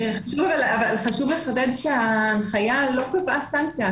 חשוב לחדד שההנחיה לא קבעה סנקציה.